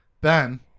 ben